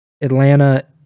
Atlanta